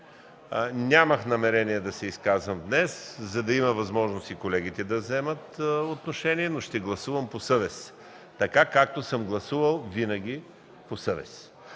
Нямах намерение да се изказвам днес, за да имат възможност и колегите да вземат отношение. Ще гласувам по съвест – както винаги съм гласувал, по съвест.